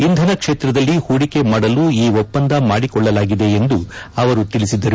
ಇಂಧನ ಕ್ಷೇತ್ರದಲ್ಲಿ ಹೂಡಿಕೆ ಮಾಡಲು ಈ ಒಪ್ಪಂದ ಮಾಡಿಕೊಳ್ಳಲಾಗಿದೆ ಎಂದು ಅವರು ತಿಳಿಸಿದರು